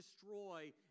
destroy